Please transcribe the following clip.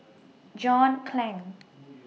John Clang